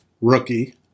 rookie